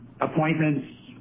Appointments